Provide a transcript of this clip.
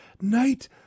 Night